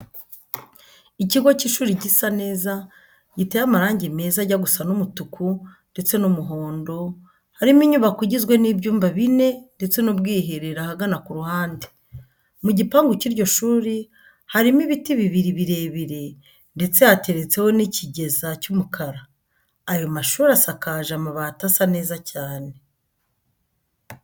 Ikigo cy'ishuri gisa neza giteye amarange meza ajya gusa n'umutuku ndetse n'umuhondo harimo inyubako igizwe n'ibyumba bine ndetse n'ubwiherero ahagana ku ruhande. Mu gipangu cy'iryo shuri harimo ibiti bibiri birebire ndetse hateretseho n'ikigeza cy'umukara. Ayo mashuri asakaje amabati asa neza cyane.